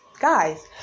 guys